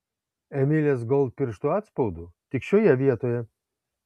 emilės gold pirštų atspaudų tik šioje vietoje